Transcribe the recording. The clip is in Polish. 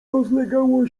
rozlegało